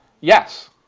Yes